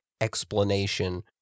explanation